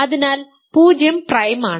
അതിനാൽ 0 പ്രൈമാണ്